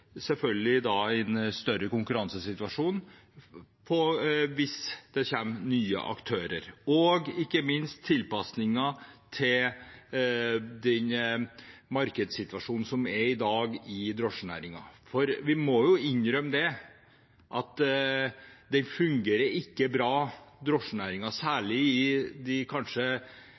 en større konkurransesituasjon, hvis det kommer nye aktører, og ikke minst med tanke på tilpasninger til den markedssituasjonen som er i dag i drosjenæringen. For vi må jo innrømme at næringen ikke fungerer bra, særlig ikke i de store kommunene, og kanskje